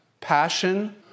Passion